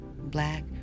black